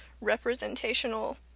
representational